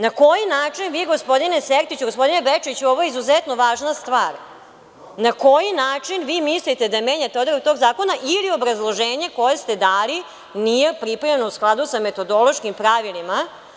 Na koji način vi, gospodine Sertiću, gospodine Bečiću, ovo je izuzetno važna stvar, na koji način vi mislite da menjate odredbe tog zakona ili obrazloženje koje ste da li nije pripremljeno u skladu sa metodološkim pravilima?